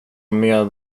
med